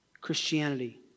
Christianity